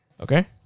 Okay